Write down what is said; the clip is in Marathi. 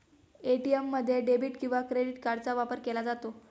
ए.टी.एम मध्ये डेबिट किंवा क्रेडिट कार्डचा वापर केला जातो